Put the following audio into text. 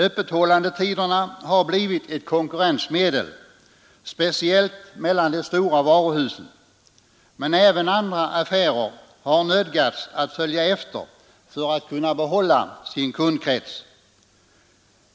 Öppethållandetiderna har blivit ett konkurrensmedel, speciellt mellan de stora varuhusen, men även andra affärer har nödgats att följa efter för att kunna behålla sin kundkrets.